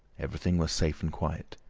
everything was safe and quiet.